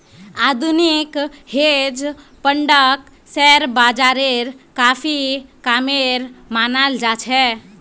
आधुनिक हेज फंडक शेयर बाजारेर काफी कामेर मनाल जा छे